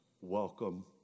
Welcome